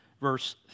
verse